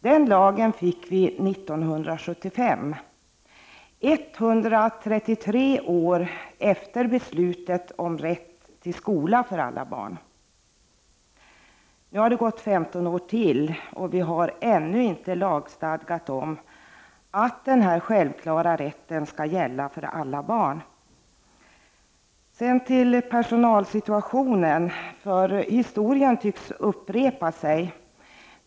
Den lagen fick vi 1975 — 133 år efter beslutet om rätt till skola för alla barn. Nu har det gått 15 år till, och vi har ännu inte lagstadgat om att denna självklara rättighet skall gälla för alla barn. Sedan till personalsituationen inom barnomsorgen. Historien tycks upprepa sig.